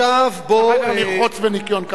אחר כך לרחוץ בניקיון כפיו.